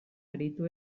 aritu